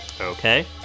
Okay